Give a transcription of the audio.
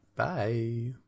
Bye